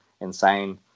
Insane